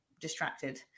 distracted